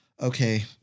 okay